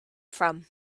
from